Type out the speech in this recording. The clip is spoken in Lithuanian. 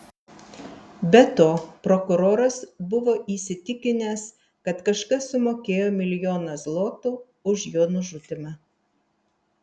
be to prokuroras buvo įsitikinęs kad kažkas sumokėjo milijoną zlotų už jo nužudymą